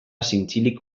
zintzilik